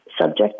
subject